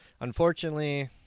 unfortunately